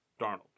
Darnold